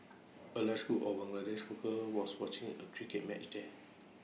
A large group of Bangladeshi workers was watching A cricket match there